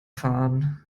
fahren